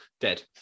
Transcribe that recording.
dead